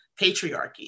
patriarchy